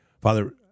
Father